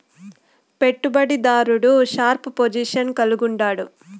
పెట్టుబడి దారుడు sharp position కలిగుండాడు